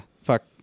Fuck